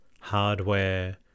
Hardware